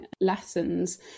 lessons